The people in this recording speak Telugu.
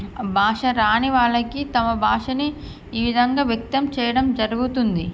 భాష రాని వాళ్ళకి తమ భాషని ఈ విధంగా వ్యక్తం చేయడం జరుగుతుంది